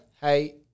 Hey